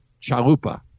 chalupa